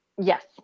Yes